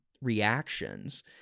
reactions